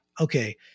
Okay